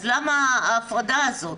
אז למה ההפרדה הזאת.